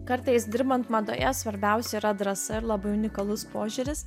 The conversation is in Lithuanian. kartą dirbant madoje svarbiausia yra drąsa ir labai unikalus požiūris